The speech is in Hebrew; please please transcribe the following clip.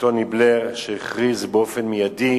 טוני בלייר, שהכריז באופן מיידי